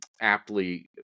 aptly